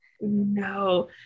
no